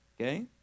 Okay